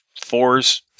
fours